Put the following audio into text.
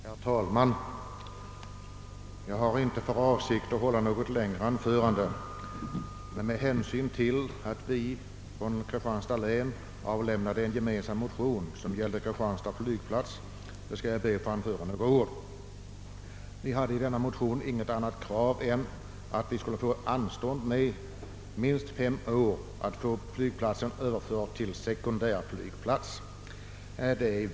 Herr talman! Jag har inte för avsikt att hålla något längre anförande, men med hänsyn till att vi från Kristianstads län har avlämnat en gemensam motion som gäller Kristianstads flygplats skall jag be att få säga några ord. Vi har i denna motion inte framstälkt något annat krav än att vi skulle få anstånd under minst fem år med att flygplatsen blir sekundärflygplats.